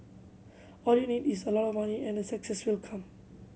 all you need is a lot of money and the success will come